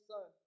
Son